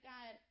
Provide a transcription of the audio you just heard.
God